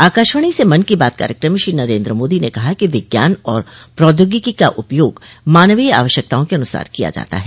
आकाशवाणी से मन की बात कार्यक्रम में श्री नरेन्द्र मोदी ने कहा कि विज्ञान और प्रौद्योगिकी का उपयोग मानवीय आवश्यकताओं के अनुसार किया जाता है